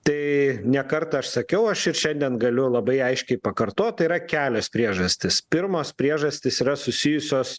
tai ne kartą aš sakiau aš ir šiandien galiu labai aiškiai pakartot tai yra kelios priežastys pirmos priežastys yra susijusios